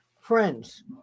friends